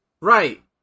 Right